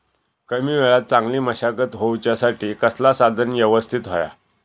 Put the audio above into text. कमी वेळात चांगली मशागत होऊच्यासाठी कसला साधन यवस्तित होया?